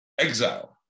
exile